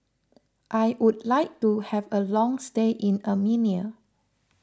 I would like to have a long stay in Armenia